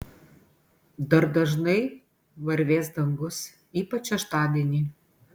dar dažnai varvės dangus ypač šeštadienį